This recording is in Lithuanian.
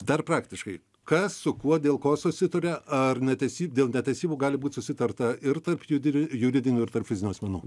dar praktiškai kas su kuo dėl ko susitaria ar netesy dėl netesybų gali būt susitarta ir tarp juri juridinių ir tarp fizinių asmenų